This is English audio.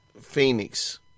Phoenix